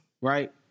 right